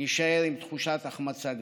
נישאר עם תחושת החמצה גדולה.